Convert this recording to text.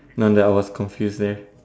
now that I was confuse there